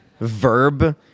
verb